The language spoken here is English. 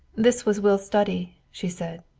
this was will's study, she said.